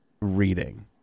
reading